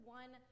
one